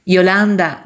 Yolanda